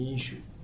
issue